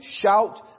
shout